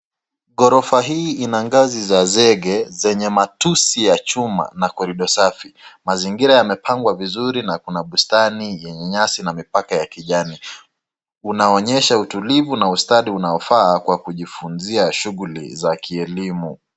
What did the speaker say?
Ghorofa hii ina ngazi za zege zenye matusi ya chuma na korido safi. Mazingira yamepangwa vizuri na kuna bustani yenye nyasi na mipaka ya kijani. Unaonyesha utulivu na ustadi unaofaa kwa kujifunzia shughuli za kielimu.